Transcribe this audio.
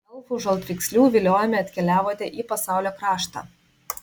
elfų žaltvykslių viliojami atkeliavote į pasaulio kraštą